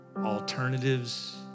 alternatives